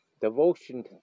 devotion